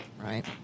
Right